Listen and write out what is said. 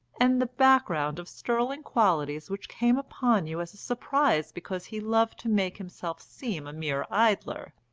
and the background of sterling qualities which came upon you as a surprise because he loved to make himself seem a mere idler,